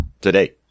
today